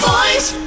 Voice